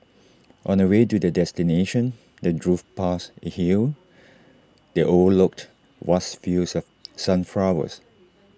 on the way to their destination they drove past A hill that overlooked vast fields of sunflowers